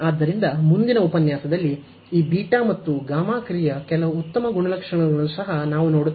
ಆದ್ದರಿಂದ ಮುಂದಿನ ಉಪನ್ಯಾಸದಲ್ಲಿ ಈ ಬೀಟಾ ಮತ್ತು ಗಾಮಾ ಕ್ರಿಯೆಯ ಕೆಲವು ಉತ್ತಮ ಗುಣಲಕ್ಷಣಗಳನ್ನು ಸಹ ನಾವು ನೋಡುತ್ತೇವೆ